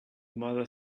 mother